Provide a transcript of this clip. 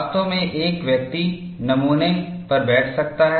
वास्तव में एक व्यक्ति नमूना पर बैठ सकता है